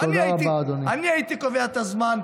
אני הייתי קובע את הזמן,